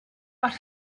but